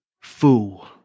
fool